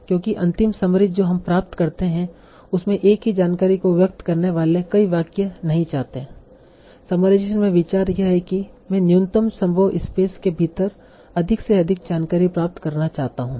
क्योंकि अंतिम समरी जो हम प्राप्त करते हैं उसमे एक ही जानकारी को व्यक्त करने वाले कई वाक्य नहीं चाहते हैं समराइजेशन में विचार यह है कि मैं न्यूनतम संभव स्पेस के भीतर अधिक से अधिक जानकारी प्राप्त करना चाहता हूं